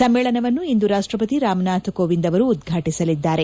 ಸಮ್ಮೇಳನವನ್ನು ಇಂದು ರಾಷ್ಷಪತಿ ರಾಮ್ನಾಥ್ ಕೋವಿಂದ್ ಅವರು ಉದ್ವಾಟಸಲಿದ್ದಾರೆ